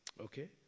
Okay